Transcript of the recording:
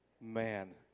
man